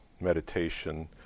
meditation